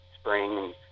spring